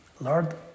Lord